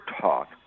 taught